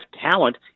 talent